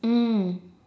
mm